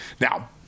Now